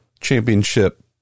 championship